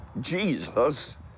Jesus